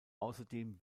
außerdem